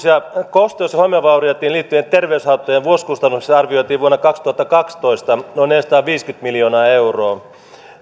kosteus ja homevaurioihin liittyvien terveyshaittojen vuosikustannuksiksi arvioitiin vuonna kaksituhattakaksitoista noin neljäsataaviisikymmentä miljoonaa euroa